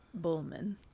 bullman